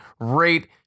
rate